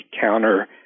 counter